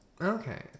Okay